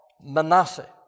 Manasseh